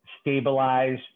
stabilize